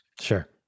sure